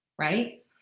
Right